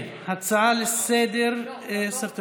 ההצעה לסדר-היום בנושא: